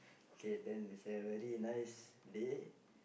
kay then it's a very nice day